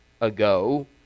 ago